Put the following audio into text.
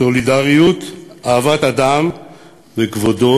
סולידריות, אהבת אדם וכבוד.